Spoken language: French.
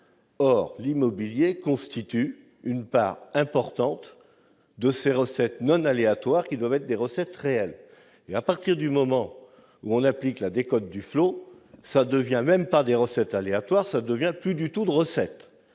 Or l'immobilier constitue une part importante de ces recettes non aléatoires, qui doivent être des recettes réelles. À partir du moment où s'applique la décote Duflot, ce n'est même plus de recettes aléatoires qu'il s'agit puisqu'il n'y a plus du tout de recettes.